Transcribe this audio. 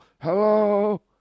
Hello